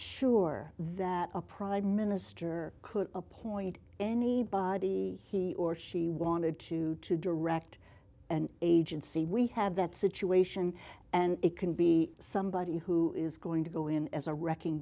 sure that a prime minister could appoint anybody he or she wanted to to direct an agency we have that situation and it can be ready somebody who is going to go in as a wrecking